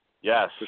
Yes